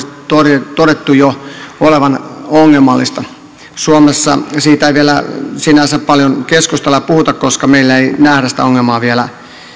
todettu todettu jo olevan ongelmallisia suomessa siitä ei vielä sinänsä paljon keskustella ja puhuta koska meillä ei nähdä sitä ongelmaa vielä